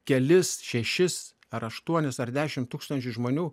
kelis šešis ar aštuonis ar dešimt tūkstančių žmonių